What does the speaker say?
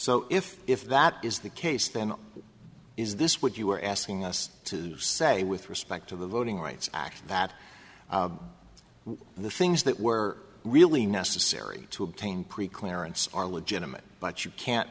so if if that is the case then is this what you were asking us to say with respect to the voting rights act that the things that were really necessary to obtain pre clearance are legitimate but you can't